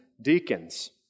deacons